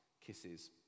kisses